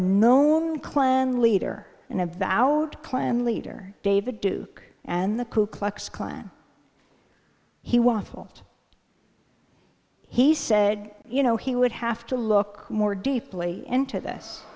a known klan leader and of the out klan leader david duke and the ku klux klan he was told he said you know he would have to look more deeply into this